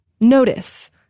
Notice